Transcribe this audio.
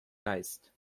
geist